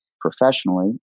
professionally